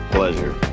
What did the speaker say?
Pleasure